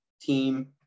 team